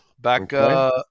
Back